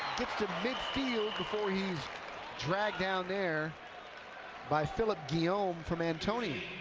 gets to midfield before he's dragged down there by phillip guillaume from antonian.